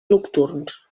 nocturns